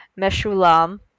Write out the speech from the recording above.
Meshulam